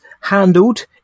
handled